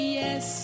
yes